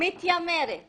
המשטרה מתיימרת